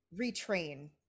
retrain